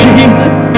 Jesus